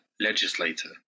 legislator